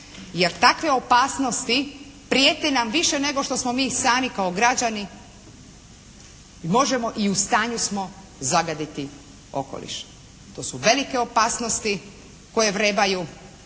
jer takve opasnosti prijete nam više nego što smo mi sami kao građani možemo i u stanju smo zagaditi okoliš. To su velike opasnosti koje vrebaju.